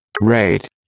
Rate